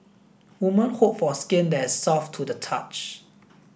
woman hope for skin that is soft to the touch